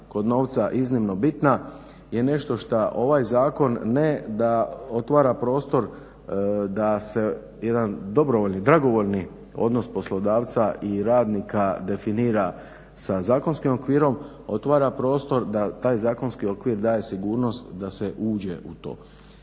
bitna je nešto šta ovaj zakon ne da otvara prostor da se jedan dobrovoljni, dragovoljni odnos poslodavca i radnika definira sa zakonskim okvirom otvara prostor da taj zakonski okvir daje sigurnost da se uđe u to.